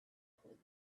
police